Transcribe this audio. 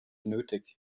nötig